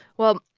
well,